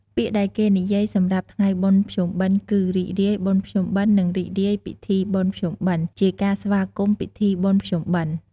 ពាក្យដែលគេនិយាយសម្រាប់ថ្ងៃបុណ្យភ្ជុំបិណ្ឌគឺ រីករាយបុណ្យភ្ជុំបិណ្ឌនិងរីករាយពិធីបុណ្យភ្ជុំបិណ្ឌ ជាការស្វាគមន៍ពីធីបុណ្យភ្ជុំបិណ្ឌ។